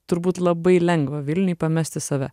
turbūt labai lengva vilniuj pamesti save